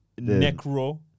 necro